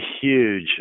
huge